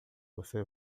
você